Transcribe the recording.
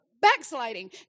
backsliding